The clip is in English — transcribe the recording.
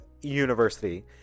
university